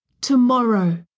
Tomorrow